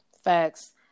Facts